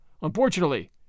Unfortunately